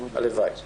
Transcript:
הלוואי.